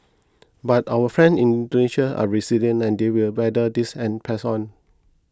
but our friends in Indonesia are resilient and they will weather this and press on